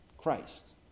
Christ